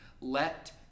let